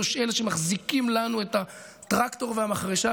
אלה שמחזיקים לנו את הטרקטור והמחרשה,